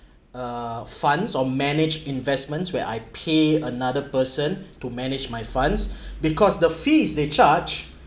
uh funds or manage investments where I pay another person to manage my funds because the fees they charge